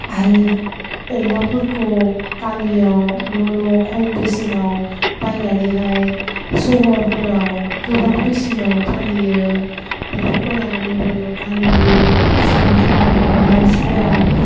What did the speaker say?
आरो अमाफोरखौ गामियाव न' न' खम बेसेनाव बायनानैहाय सहरफोराव गोबां बेसेनाव फानहैयो बेफोरखौ लानानैबो गामिनि सुबुंफोरा एबा मानसिफोरा